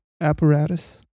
apparatus